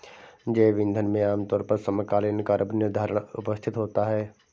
जैव ईंधन में आमतौर पर समकालीन कार्बन निर्धारण उपस्थित होता है